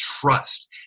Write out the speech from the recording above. trust